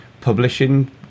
publishing